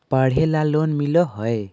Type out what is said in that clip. पढ़े ला लोन मिल है?